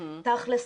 תכלס,